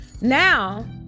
now